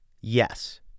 Yes